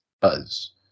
Buzz